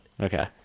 Okay